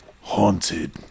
haunted